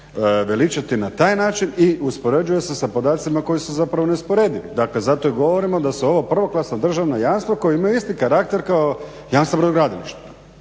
veličati na taj način i uspoređuje se sa podacima koji su zapravo neusporedivi. Dakle, zato i govorimo da su ovo prvoklasna državna jamstva koja imaju isti karakter kao jamstva brodogradilišta